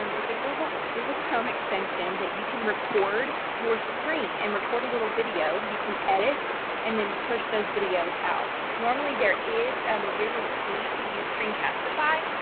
um it's a google chrome extension that you can record your screen and record a little video. you can edit and then push those videos out. normally, there is um a yearly fee to use screencastify,